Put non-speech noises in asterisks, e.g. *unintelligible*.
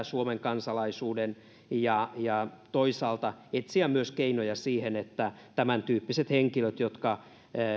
*unintelligible* suomen kansalaisuuden ja ja toisaalta etsimme myös keinoja siihen että jos tämäntyyppiset henkilöt jotka